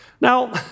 Now